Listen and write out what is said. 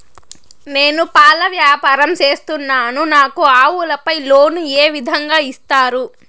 నేను పాల వ్యాపారం సేస్తున్నాను, నాకు ఆవులపై లోను ఏ విధంగా ఇస్తారు